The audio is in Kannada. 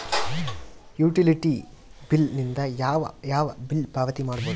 ಯುಟಿಲಿಟಿ ಬಿಲ್ ದಿಂದ ಯಾವ ಯಾವ ಬಿಲ್ ಪಾವತಿ ಮಾಡಬಹುದು?